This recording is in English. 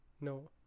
No